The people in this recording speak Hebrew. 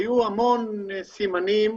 היו המון סימנים.